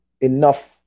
enough